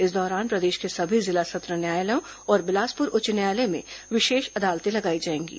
इस दौरान प्रदेश के सभी जिला सत्र न्यायालयों और बिलासपुर उच्च न्यायालय में विशेष अदालतें लगाई जाएंगी